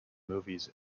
movies